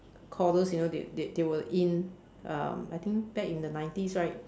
recorders you know they they they were in um I think back in the nineties right